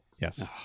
Yes